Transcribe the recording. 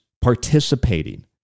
participating